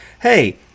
hey